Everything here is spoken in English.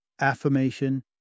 affirmation